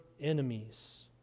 enemies